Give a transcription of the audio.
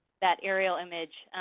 that aerial image.